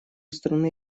страны